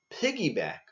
piggyback